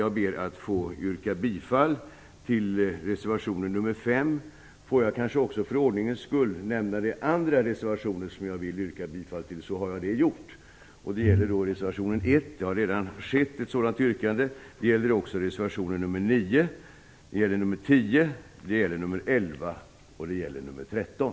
Jag ber så att få yrka bifall till reservation nr 5. För ordningens skull vill jag nu också nämna de andra reservationer som jag vill yrka bifall till, så har jag det gjort. Det gäller reservation nr 1, som det redan har yrkats bifall till. Det gäller också reservation nr 9, nr 10, nr 11 och nr 13.